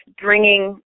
bringing